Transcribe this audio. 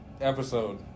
episode